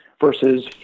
versus